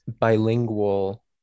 bilingual